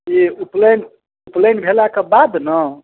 ई उपनयन उपनयन भेला के बाद ने